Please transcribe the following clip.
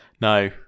No